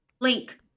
Link